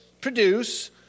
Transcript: produce